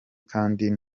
kandi